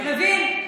אתה מבין?